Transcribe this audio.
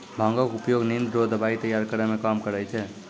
भांगक उपयोग निंद रो दबाइ तैयार करै मे काम करै छै